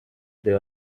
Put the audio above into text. there